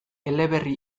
eleberri